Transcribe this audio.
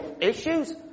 issues